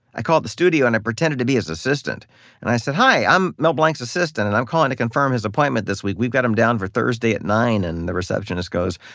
i called the studio and i pretended to be his assistant and i said, hi, i'm mel blanc's assistant and i'm calling to confirm his appointment this week. we've got him down for thursday at nine. and the receptionist goes,